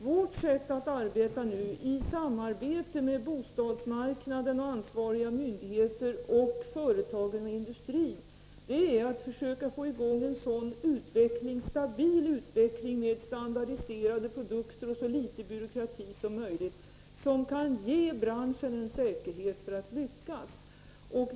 Vårt sätt att arbeta nu, i samarbete med bostadsmarknaden, ansvariga myndigheter, företagen och industrin, är att försöka få i gång en stabil utveckling, med standardiserade produkter och så litet byråkrati som möjligt, som kan ge branschen en säkerhet för att lyckas.